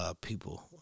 people